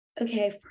okay